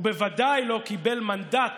הוא בוודאי לא קיבל מנדט